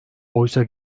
oysa